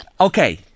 Okay